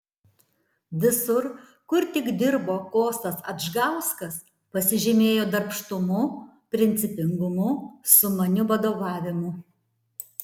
visur kur tik dirbo kostas adžgauskas pasižymėjo darbštumu principingumu sumaniu vadovavimu